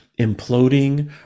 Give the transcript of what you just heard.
imploding